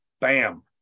bam